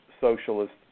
Socialist